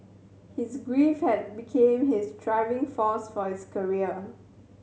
his grief had became his driving force for his career